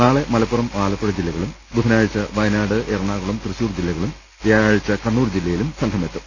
നാളെ മലപ്പുറം ആലപ്പുഴ ജില്ലകളും ബുധനാഴ്ച വയനാട് എറണാകു ളം തൃശൂർ ജില്ലകളും വ്യാഴാഴ്ച കണ്ണൂർ ജില്ലയിലും സംഘം എത്തും